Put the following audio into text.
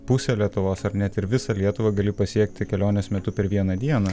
pusę lietuvos ar net ir visą lietuvą gali pasiekti kelionės metu per vieną dieną